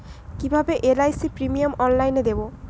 কিভাবে LIC premium অনলাইনে দেবো?